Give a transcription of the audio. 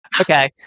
Okay